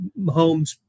Mahomes